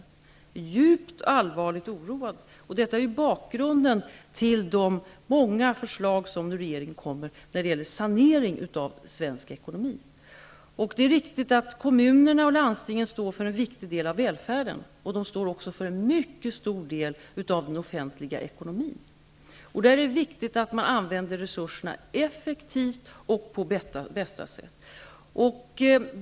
Jag är djupt allvarligt oroad, och detta är bakgrunden till de många förslag som regeringen kommer med för att sanera svensk ekonomi. Det är riktigt att kommunerna och landstingen står för en viktig del av välfärden. De står också för en mycket stor del av den offentliga ekonomin. Då är det viktigt att man använder resurserna effektivt och på bästa sätt.